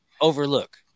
overlook